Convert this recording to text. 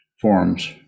forms